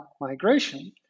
migration